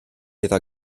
iddo